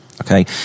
Okay